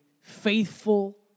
faithful